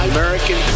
American